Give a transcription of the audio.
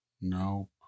Nope